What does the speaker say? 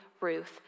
Ruth